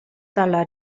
dalla